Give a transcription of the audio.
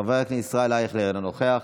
חבר הכנסת ישראל אייכלר, אינו נוכח,